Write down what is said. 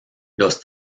los